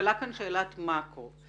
נשאלה כאן שאלת מקרו.